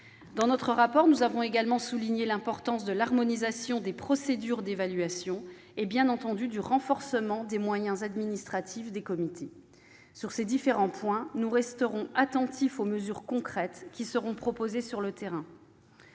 Dans notre rapport, nous avons également souligné l'importance de l'harmonisation des procédures d'évaluation et bien entendu du renforcement des moyens administratifs des comités. Sur ces différents points, nous resterons attentifs aux mesures concrètes qui seront proposées sur le terrain.